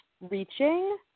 reaching